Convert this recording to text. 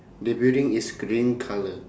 the building is green colour